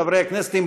חברי הכנסת,